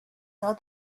saw